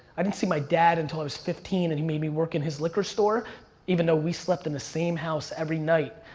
i didn't see my dad until i was fifteen, and he made me work in his liquor store even though we slept in the same house every night,